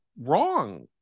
wrong